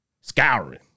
scouring